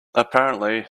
apparently